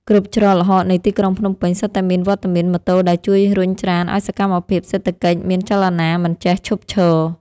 គ្រប់ច្រកល្ហកនៃទីក្រុងភ្នំពេញសុទ្ធតែមានវត្តមានម៉ូតូដែលជួយរុញច្រានឱ្យសកម្មភាពសេដ្ឋកិច្ចមានចលនាមិនចេះឈប់ឈរ។